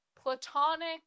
platonic